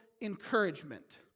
encouragement